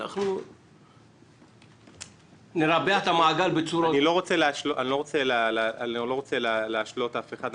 אנחנו נרבע את המעגל --- אני לא רוצה להשלות אף אחד,